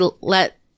let